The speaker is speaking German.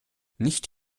nicht